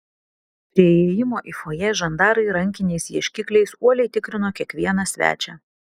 prie įėjimo į fojė žandarai rankiniais ieškikliais uoliai tikrino kiekvieną svečią